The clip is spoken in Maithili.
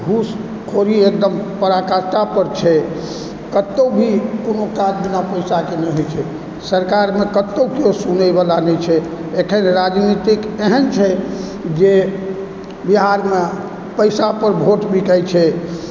घूसखोरी एकदम पराकाष्ठापर छै कतौ भी कोनो काज बिना पैसाके नहि होइ छै सरकारमे कतौ केओ सुनैवला नहि छै एखन राजनितिक एहन छै जे बिहारमे पैसापर वोट बिकाइ छै